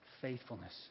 faithfulness